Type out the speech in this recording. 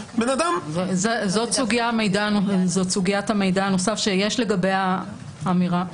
זו סוגיית המידע הנוסף שיש לגביה אמירה.